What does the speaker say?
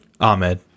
Ahmed